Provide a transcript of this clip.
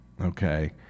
Okay